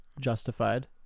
justified